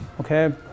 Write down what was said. okay